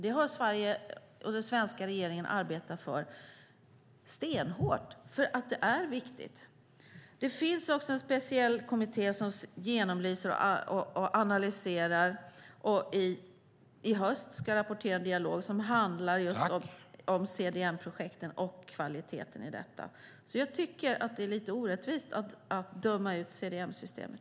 Det har den svenska regeringen arbetat stenhårt för eftersom det är så viktigt. Det finns också en speciell kommitté som genomlyser och analyserar. Den ska rapportera en dialog i höst som handlar om CDM-projekten och kvaliteten i dessa. Jag tycker att det är lite orättvist att döma ut CDM-systemet.